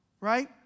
right